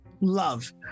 love